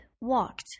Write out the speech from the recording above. walked